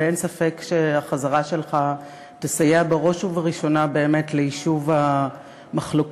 ואין ספק שהחזרה שלך תסייע בראש ובראשונה באמת ליישוב המחלוקות,